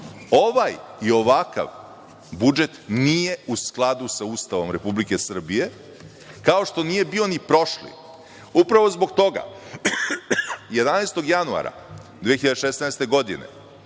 i ovakav budžet nije u skladu sa Ustavom Republike Srbije, kao što nije bio ni prošli. Upravo zbog toga 11. januara 2016. godine